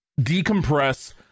decompress